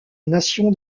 nation